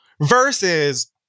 versus